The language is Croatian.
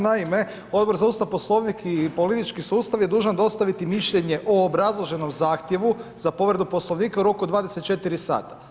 Naime, Odbor za Ustav, Poslovnik i politički sustav je dužan dostaviti mišljenje o obrazloženom zahtjevu za povredu Poslovnika u roku 24 sata.